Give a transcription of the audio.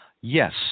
Yes